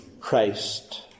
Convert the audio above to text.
Christ